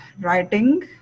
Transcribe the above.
writing